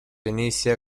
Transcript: inicia